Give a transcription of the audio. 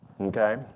Okay